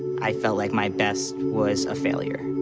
i felt like my best was a failure.